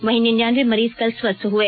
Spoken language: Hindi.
वहीं निन्यानवें मरीज कल स्वस्थ हुए